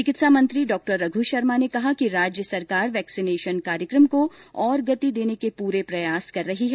चिकित्सा मंत्री डॉ रघु शर्मा ने कहा कि राज्य सरकार वैक्सीनेशन कार्यक्रम को और गति देने के पूरे प्रयास कर रही है